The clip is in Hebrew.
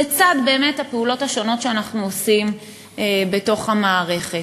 לצד הפעולות שאנחנו עושים בתוך המערכת.